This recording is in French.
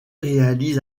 réalise